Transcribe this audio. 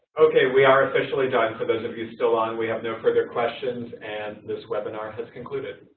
okay, we are officially done for those of you still on, we have no further questions, and this webinar has concluded.